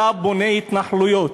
אתה בונה התנחלויות,